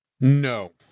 No